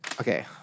Okay